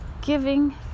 giving